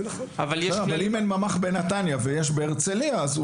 אבל אם אין ממ"ח בנתניה ובהרצליה יש,